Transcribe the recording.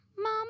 Mom